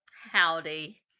howdy